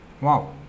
Wow